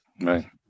right